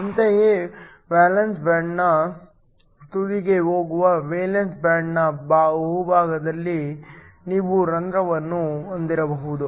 ಅಂತೆಯೇ ವೇಲೆನ್ಸಿ ಬ್ಯಾಂಡ್ನ ತುದಿಗೆ ಹೋಗುವ ವೇಲೆನ್ಸಿ ಬ್ಯಾಂಡ್ನ ಬಹುಭಾಗದಲ್ಲಿ ನೀವು ಹೋಲ್ ವನ್ನು ಹೊಂದಬಹುದು